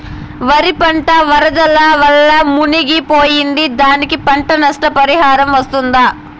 వరి పంట వరదల వల్ల మునిగి పోయింది, దానికి పంట నష్ట పరిహారం వస్తుందా?